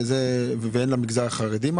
ואין משהו למגזר החרדי?